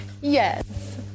Yes